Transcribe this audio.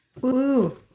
Woo